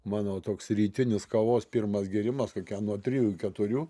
mano toks rytinis kavos pirmas gėrimas kokią nuo trijų ik keturių